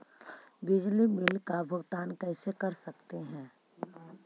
बिजली बिल का भुगतान कैसे कर सकते है?